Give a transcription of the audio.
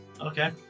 Okay